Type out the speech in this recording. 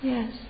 Yes